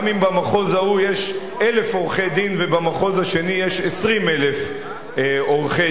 גם אם במחוז ההוא יש 1,000 עורכי-דין ובמחוז השני יש 20,000 עורכי-דין,